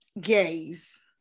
gays